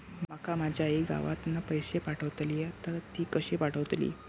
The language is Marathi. माका माझी आई गावातना पैसे पाठवतीला तर ती कशी पाठवतली?